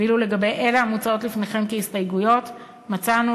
ואילו לגבי אלה המוצעות לפניכם כהסתייגויות מצאנו,